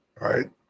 right